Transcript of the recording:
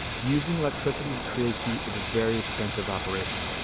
using electricity to create heat is a very expensive operation,